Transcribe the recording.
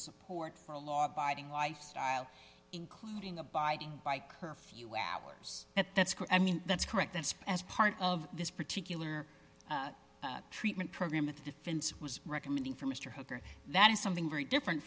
support for a law abiding lifestyle including abiding by curfew hours at that's that's correct that's as part of this particular treatment program that the defense was recommending for mr hooker that is something very different